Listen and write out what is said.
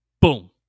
Boom